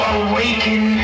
awaken